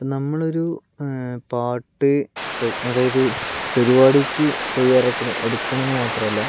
ഇപ്പോൾ നമ്മളൊരു പാട്ട് സെറ്റ് അതായത് പരിപാടിക്ക് തയ്യാർ എടുക്ക എടുക്കണമെന്ന് മാത്രമല്ല